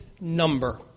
number